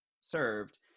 served